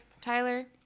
tyler